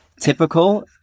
typical